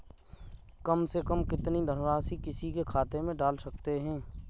कम से कम कितनी धनराशि किसी के खाते में डाल सकते हैं?